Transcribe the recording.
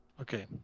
Okay